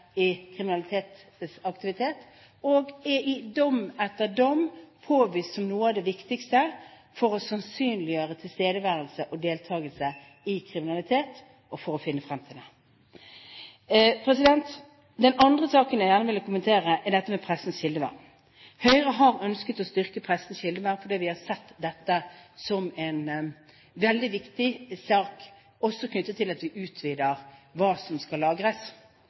i kriminell aktivitet, og at det i dom etter dom er påvist som noe av det viktigste for å sannsynliggjøre tilstedeværelse og deltagelse i kriminalitet – at man kan komme frem til det. Den andre saken jeg gjerne vil kommentere, er pressens kildevern. Høyre har ønsket å styrke pressens kildevern fordi vi har sett dette som en veldig viktig sak – knyttet til at vi utvider med hensyn til hva som skal lagres.